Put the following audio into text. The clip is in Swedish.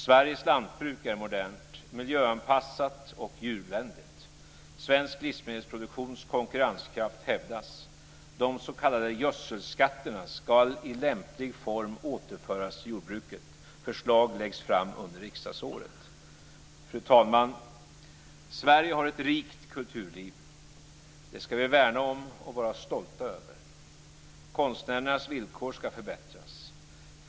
Sveriges lantbruk är modernt, miljöanpassat och djurvänligt. Svensk livsmedelsproduktions konkurrenskraft hävdas. De s.k. gödselskatterna ska i lämplig form återföras till jordbruket. Förslag läggs fram under riksdagsåret. Fru talman! Sverige har ett rikt kulturliv. Det ska vi värna om och vara stolta över. Konstnärernas villkor ska förbättras.